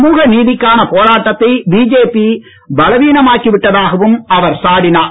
சமூகநீதிக்கான போராட்டத்தை பிஜேபி பலவீனமாக்கி விட்டதாகவும் அவர் சாடினார்